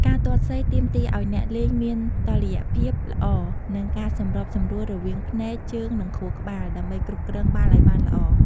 ការទាត់សីទាមទារឱ្យអ្នកលេងមាន តុល្យភាព ល្អ និងការសម្របសម្រួលរវាងភ្នែក ជើង និងខួរក្បាល ដើម្បីគ្រប់គ្រងបាល់ឲ្យបានល្អ។